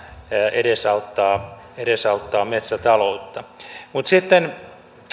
edesauttaa edesauttaa metsätaloutta mutta sitten